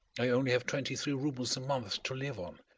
i only have twenty-three roubles a month to live on,